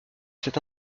cet